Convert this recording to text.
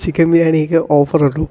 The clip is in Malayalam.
ചിക്കൻ ബിരിയാണിക്ക് ഓഫറുണ്ടോ